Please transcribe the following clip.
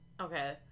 Okay